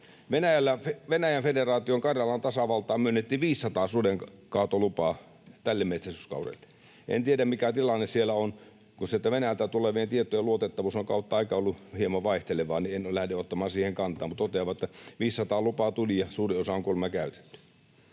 Venäjän federaation Karjalan tasavaltaan myönnettiin 500 sudenkaatolupaa tälle metsästyskaudelle. En tiedä, mikä tilanne siellä on, kun sieltä Venäjältä tulevien tietojen luotettavuus on kautta aikain ollut hieman vaihtelevaa, niin että en nyt lähde ottamaan siihen kantaa mutta totean vain, että 500 lupaa tuli ja suuri osa on kuulemma käytetty.